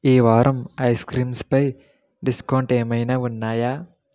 ఈవారం ice creams పై discount ఏమైనా ఉన్నాయా